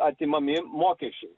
atimami mokesčiai